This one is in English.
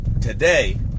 Today